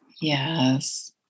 Yes